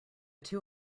two